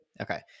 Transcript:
Okay